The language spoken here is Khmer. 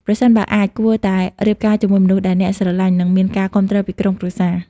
ប្រសិនបើអាច គួរតែរៀបការជាមួយមនុស្សដែលអ្នកស្រលាញ់ និងមានការគាំទ្រពីក្រុមគ្រួសារ។